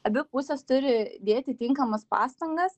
abi pusės turi dėti tinkamas pastangas